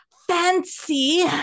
Fancy